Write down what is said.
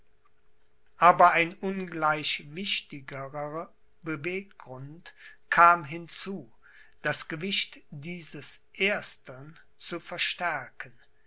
aber ein ungleich wichtigerer beweggrund kam hinzu das gewicht dieses erstern zu verstärken